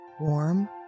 warm